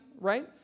right